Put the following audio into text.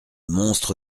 monstre